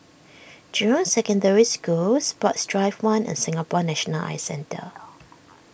Jurong Secondary School Sports Drive one and Singapore National Eye Centre